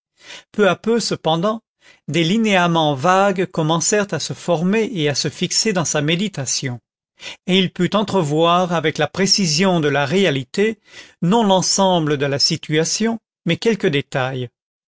peu à peu cependant des linéaments vagues commencèrent à se former et à se fixer dans sa méditation et il put entrevoir avec la précision de la réalité non l'ensemble de la situation mais quelques détails